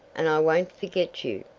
and i won't forget you.